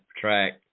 track